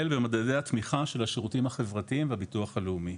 במדדי התמיכה של השירותים החברתיים במוסד לביטוח הלאומי.